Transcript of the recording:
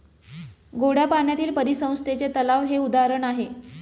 गोड्या पाण्यातील परिसंस्थेचे तलाव हे उदाहरण आहे